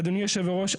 ואדוני יושב הראש,